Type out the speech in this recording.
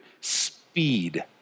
speed